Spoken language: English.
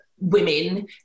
women